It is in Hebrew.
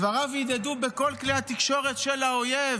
דבריו הדהדו בכל כלי התקשורת של האויב